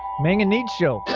may and need show